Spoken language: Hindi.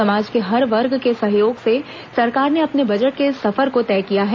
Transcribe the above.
समाज के हर वर्ग के सहयोग से सरकार ने अपने बजट के इस सफर को तय किया है